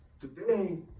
Today